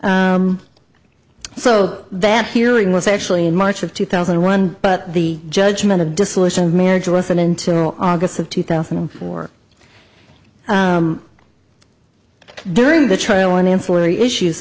so that hearing was actually in march of two thousand and one but the judgment of dissolution of marriage wasn't until august of two thousand and four during the trial and ancillary issues